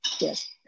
yes